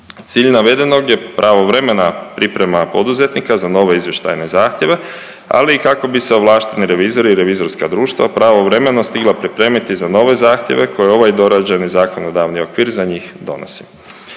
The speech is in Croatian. Cilj navedenog je pravovremena priprema poduzetnika za nove izvještajne zahtjeve, ali i kako bi se ovlašteni revizori i revizorska društva pravovremeno stigla pripremiti za nove zahtjeve koje ovaj dorađeni zakonodavni okvir za njih donosi.